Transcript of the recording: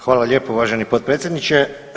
Hvala lijepo uvaženi potpredsjedniče.